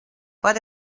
but